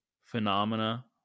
phenomena